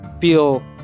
feel